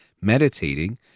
meditating